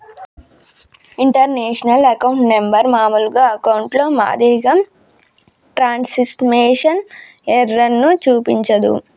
international account number మామూలు అకౌంట్లో మాదిరిగా ట్రాన్స్మిషన్ ఎర్రర్ ను చూపించదు